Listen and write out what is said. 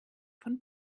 von